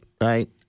right